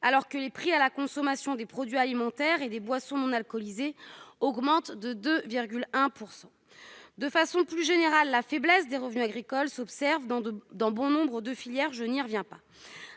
alors que les prix à la consommation des produits alimentaires et des boissons non alcoolisées augmentaient de 2,1 %. De façon plus générale, la faiblesse des revenus agricoles s'observe dans bon nombre de filières- je n'y reviens pas.